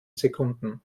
sekunden